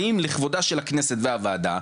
האם לכבודה של הכנסת והוועדה,